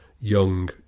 young